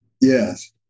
Yes